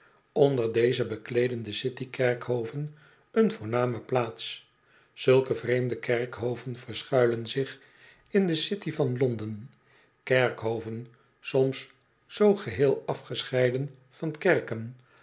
onder deze bekleeden de city kerkhoven een voorname plaats zulke vreemde kerkhoven verschuilen zich in de city van londen kerkhoven soms zoo geheel afgescheiden van kerken